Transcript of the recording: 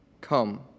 Come